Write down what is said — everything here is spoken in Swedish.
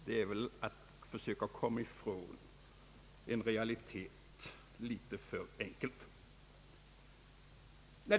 Det är väl ändå att försöka komma ifrån en realitet alltför enkelt.